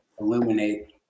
illuminate